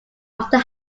often